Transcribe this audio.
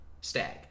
Stag